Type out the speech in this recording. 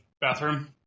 bathroom